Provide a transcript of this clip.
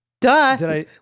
Duh